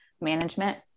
management